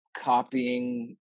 copying